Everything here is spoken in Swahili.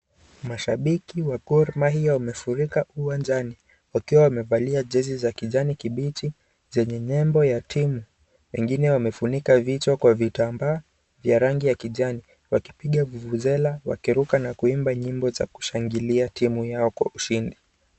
Mashabiki wa Gormaiya wamefurika uwanjani. Wakiwa wamevalia jeasy za kijani kipiji zenye nembo ya timu. Wengine wamefunika vichwa kwa vitambaa ya rangi ya kijani wakipiga fufuzela akiruka na kuimba nyimbo zao za ushindi.